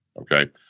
Okay